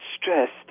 stressed